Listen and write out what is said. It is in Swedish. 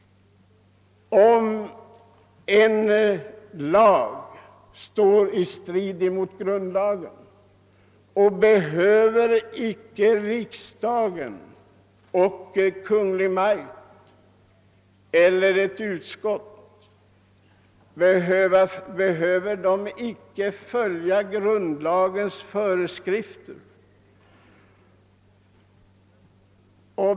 Behöver icke Kungl. Maj:t och riksdagen eller ett dess utskott följa grundlagens föreskrifter?